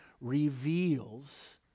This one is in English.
reveals